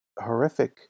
horrific